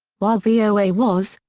while voa was,